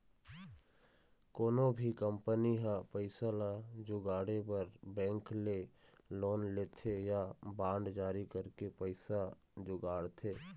कोनो भी कंपनी ह पइसा ल जुगाड़े बर बेंक ले लोन लेथे या बांड जारी करके पइसा जुगाड़थे